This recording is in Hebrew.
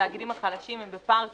התאגידים החלשים הם בפער תשתיות,